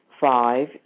Five